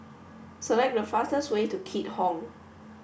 select the fastest way to Keat Hong